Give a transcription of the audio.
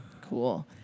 Cool